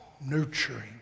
Nurturing